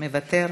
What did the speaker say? מוותר,